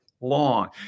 long